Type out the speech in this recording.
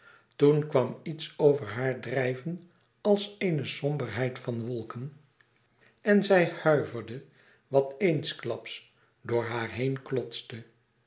toen kwam iets over haar drijven als eene somberheid van wolken en zij huiverde voor wat eensklaps door haar heen klotste